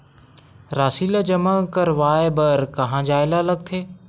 राशि ला जमा करवाय बर कहां जाए ला लगथे